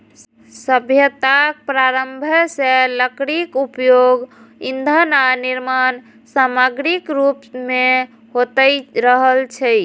सभ्यताक प्रारंभे सं लकड़ीक उपयोग ईंधन आ निर्माण समाग्रीक रूप मे होइत रहल छै